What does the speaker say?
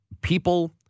people –